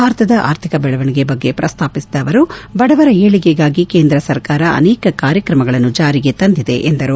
ಭಾರತದ ಅರ್ಥಿಕ ಬೆಳವಣಿಗೆ ಬಗ್ಗೆ ಪ್ರಸ್ತಾಪಿಸಿದ ಅವರು ಬಡವರ ಏಳಗೆಗಾಗಿ ಕೇಂದ್ರ ಸರ್ಕಾರ ಅನೇಕ ಕಾರ್ಯಕ್ರಮಗಳನ್ನು ಜಾರಿಗೆ ತಂದಿದೆ ಎಂದರು